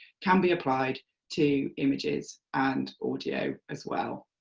can be applied to images and audio as well.